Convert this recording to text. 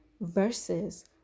versus